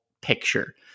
picture